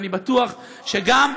אני בטוח שגם,